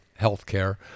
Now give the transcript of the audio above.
healthcare